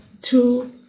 two